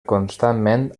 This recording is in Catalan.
constantment